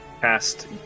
cast